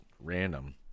random